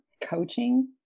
coaching